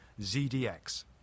ZDX